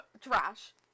trash